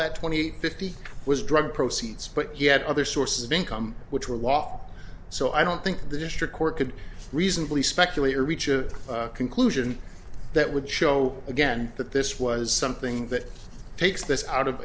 that twenty eight fifty was drugged proceeds but he had other sources of income which were wall so i don't think the district court could reasonably speculate or reach a conclusion that would show again that this was something that takes this out of